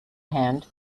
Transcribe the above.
hand